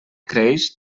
creix